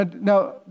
Now